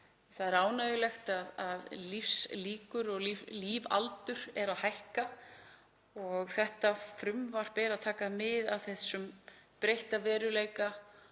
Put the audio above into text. Það er ánægjulegt að lífslíkur og lífaldur eru að hækka og þetta frumvarp tekur mið af þessum breytta veruleika.